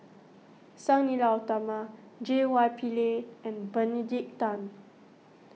Sang Nila Utama J Y Pillay and Benedict Tan